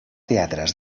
teatres